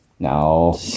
no